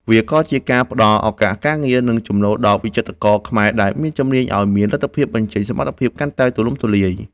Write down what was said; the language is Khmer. វាក៏ជាការផ្ដល់ឱកាសការងារ និងចំណូលដល់វិចិត្រករខ្មែរដែលមានជំនាញឱ្យមានលទ្ធភាពបញ្ចេញសមត្ថភាពកាន់តែទូលំទូលាយ។